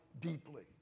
deeply